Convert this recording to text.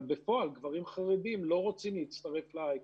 אבל בפועל גברים חרדים לא רוצים להצטרף להיי-טק.